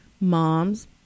mom's